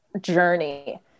journey